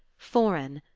foreign,